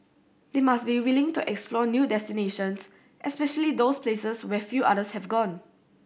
they must be willing to explore new destinations especially those places where few others have gone